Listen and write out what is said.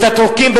את הטורקים,